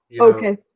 Okay